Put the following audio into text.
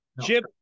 Chip